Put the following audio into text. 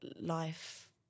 life